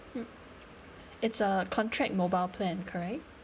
mm it's a contract mobile plan correct